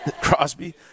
Crosby